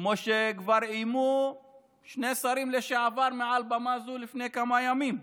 כמו שכבר איימו שני שרים לשעבר מעל במה זו לפני כמה ימים.